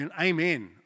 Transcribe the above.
amen